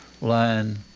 line